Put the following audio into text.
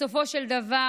בסופו של דבר